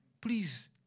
Please